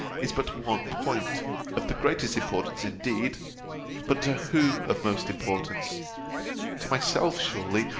is but one point of the greatest importance, indeed but to whom of most importance to myself, surely,